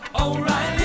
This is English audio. O'Reilly